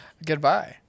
Goodbye